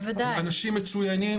אנשים מצוינים.